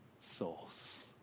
souls